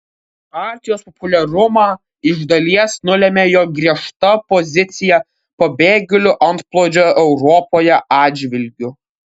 partijos populiarumą iš dalies nulėmė jo griežta pozicija pabėgėlių antplūdžio europoje atžvilgiu